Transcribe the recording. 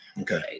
Okay